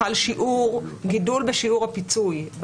חל גידול בשיעור הפיצוי,